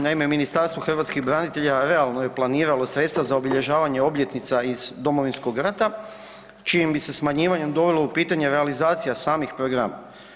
Naime, Ministarstvo hrvatskih branitelja realno je planirano sredstva za obilježavanje obljetnica iz Domovinskog rata čijim bi se smanjivanjem dovelo u pitanje realizacija samih programa.